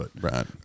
Right